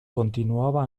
continuaba